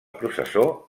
processó